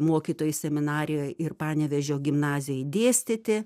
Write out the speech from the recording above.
mokytojų seminarijoj ir panevėžio gimnazijoj dėstyti